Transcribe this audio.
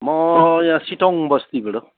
म यहाँ सिटोङ बस्तीबाट